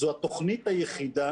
זו התוכנית היחידה